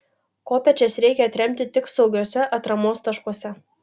kopėčias reikia atremti tik saugiuose atramos taškuose